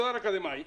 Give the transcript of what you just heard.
תואר אקדמאי.